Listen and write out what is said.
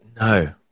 No